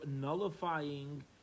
nullifying